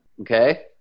Okay